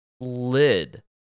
lid